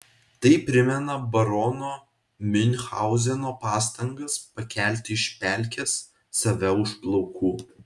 tai primena barono miunchauzeno pastangas pakelti iš pelkės save už plaukų